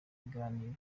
biganiro